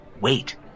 wait